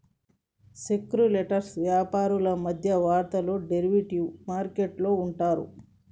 speculators వ్యాపారులు మధ్యవర్తులు derivative market లో ఉంటారు